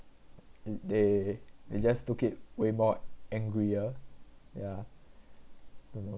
they they just took it way more angrier ya don't know